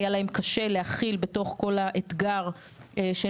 היה להן קשה להכיל בתוך כל האתגר של